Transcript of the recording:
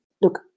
Look